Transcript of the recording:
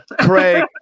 Craig